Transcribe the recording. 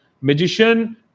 Magician